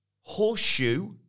horseshoe